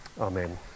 Amen